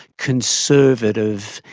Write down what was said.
conservative,